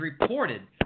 reported